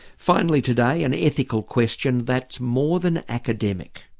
finally today, an ethical question that's more than academic.